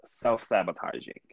self-sabotaging